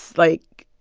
like,